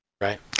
Right